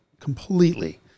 completely